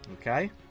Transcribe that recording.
Okay